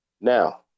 now